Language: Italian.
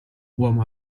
uomo